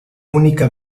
única